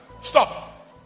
stop